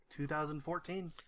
2014